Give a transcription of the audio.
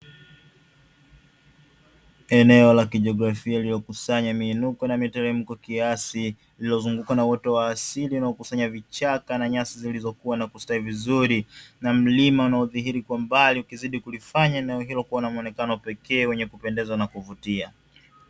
Eneo la jografia liliyokusanya miinuko na miteremko kiasi lililozunguka wote wa asili inayokusanya vichaka na nyasi zilizokuwa na kustawi vizuri, na mlima unaodhihiri kwa mbali ukizidi kulifanya na wengine kuwa na muonekano pekee wenye kupendeza na kuvutia.